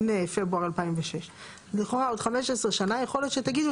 אין פברואר 2006. אז לכאורה עוד 15 שנה יכול להיות שתגידו